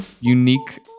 unique